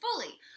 fully